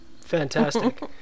fantastic